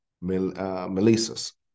Melissus